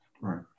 Right